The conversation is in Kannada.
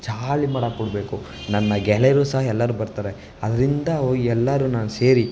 ಜಾಲಿ ಮಾಡಾಕ್ಬಿಡಬೇಕು ನನ್ನ ಗೆಳೆಯರು ಸಹ ಎಲ್ಲರೂ ಬರ್ತಾರೆ ಅದರಿಂದ ಅವು ಎಲ್ಲರೂ ಸೇರಿ